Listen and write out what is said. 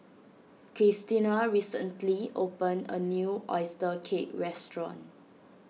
Kristina recently opened a new Oyster Cake restaurant